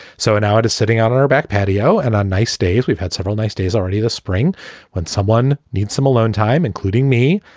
so now it is sitting out on our back patio and our nice days. we've had several nice days already this spring when someone needs some alone time, including me,